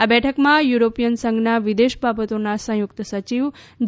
આ બેઠકમાં યુરોપીયન સંઘના વિદેશ બાબતોના સંયુક્ત સચિવ જે